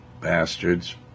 bastards